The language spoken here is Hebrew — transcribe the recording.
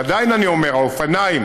ועדיין אני אומר, האופניים